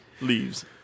leaves